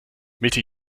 mitte